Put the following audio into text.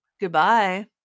Goodbye